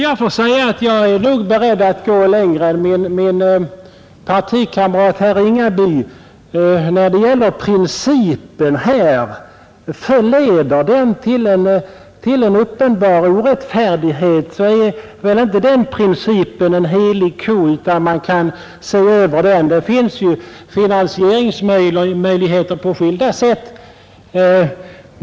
Jag är nog beredd att gå längre än min partikamrat herr Ringaby när det gäller principen. Leder denna princip till en uppenbar orättfärdighet, så är den väl inte någon helig ko utan man kan se över den. Det finns ju möjligheter att finansiera på skilda sätt.